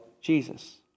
Jesus